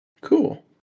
Cool